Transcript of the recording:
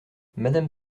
madame